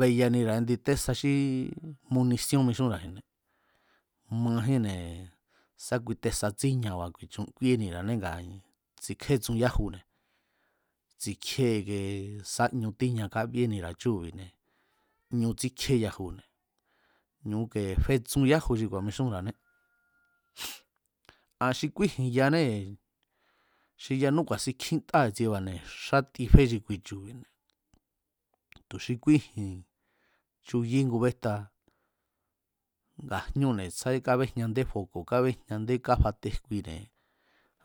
Beyanira̱ ndi tésa xí munisíón mixúnra̱ji̱nne̱ majínne̱ sá kui tesa tsíñaba̱ kúíénira̱ane nga tsikjétsun yájune̱ tsikié ikie sá ñu tíña kábíenira̱á chúu̱bi̱ne̱ ñu tsíkjíé yajune̱ ñu ike fetsun yáju xi ku̱a̱mixunra̱ané, a̱ xi kúíji̱n yanée̱ xi yanú ku̱a̱sin kjin ta i̱tsieba̱ne̱ xáti fé xi kui chu̱bi̱ne̱ tu̱ xi kúíji̱n chuxí ngu béjta ngaa̱ jñúne̱ tsjádé kábéjñandé foko̱ kábejñandé káfate jkuine̱